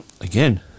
again